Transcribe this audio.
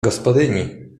gospodyni